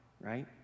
right